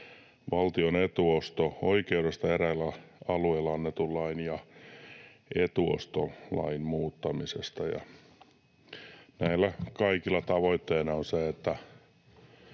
valtion etuosto-oikeudesta eräillä alueilla annetun lain ja etuostolain muuttamisesta, ja näillä kaikilla tavoitteena on, että